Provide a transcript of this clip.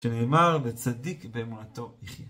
שנאמר, וצדיק באמונתו יחיה.